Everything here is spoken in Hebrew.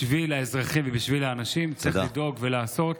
בשביל האזרחים ובשביל האנשים צריך לדאוג ולעשות,